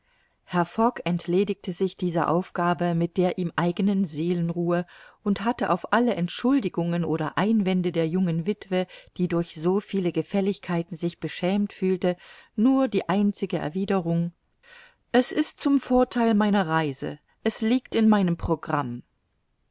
entledigte sich dieser aufgabe mit der ihm eigenen seelenruhe und hatte auf alle entschuldigungen oder einwände der jungen witwe die durch so viele gefälligkeiten sich beschämt fühlte nur die einzige erwiderung es ist zum vortheil meiner reise es liegt in meinem programm